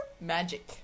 Magic